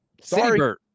Sorry